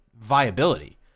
viability